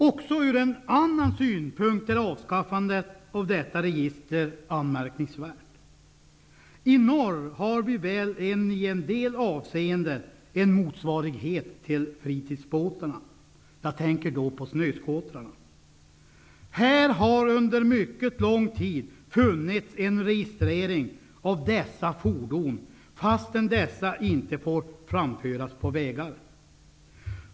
Också från en annan synpunkt är avskaffandet av fritidsbåtsregistret anmärkningsvärt. I norr har vi väl i en del avseenden en motsvarighet till fritidsbåtarna. Jag tänker då på snöskotrarna. Under en mycket lång tid har det förekommit en registrering av dessa fordon, fastän de inte får framföras på vägar.